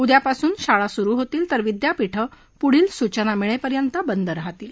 उद्यापासून शाळा सुरु होतील तर विद्यापीठ पुढील सूचना मिळप्रग्रंत बंद राहतील